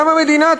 גם המדינה,